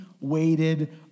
waited